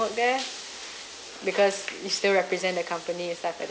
work there because you still represent the company and stuff like that